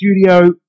studio